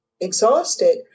exhausted